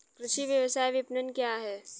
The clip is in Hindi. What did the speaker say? कृषि व्यवसाय विपणन क्या है?